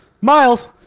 miles